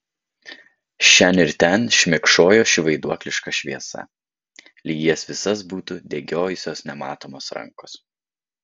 šen ir ten šmėkšojo ši vaiduokliška šviesa lyg jas visas būtų degiojusios nematomos rankos